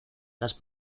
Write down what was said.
las